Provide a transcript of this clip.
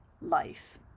life